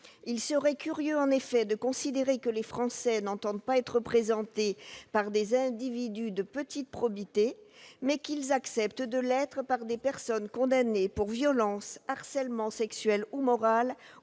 Il serait curieux de supposer que les Français n'entendent pas être représentés par des individus de petite probité, mais qu'ils acceptent de l'être par des personnes condamnées pour violences, harcèlement sexuel ou moral